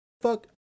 fuck